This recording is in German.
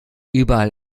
überall